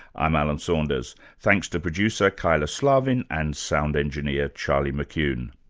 i'm alan saunders. thanks to producer kyla slaven and sound engineer, charlie mccune.